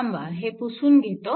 थांबा हे पुसून घेतो